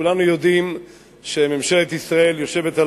כולנו יודעים שממשלת ישראל יושבת על